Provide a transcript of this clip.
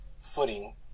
footing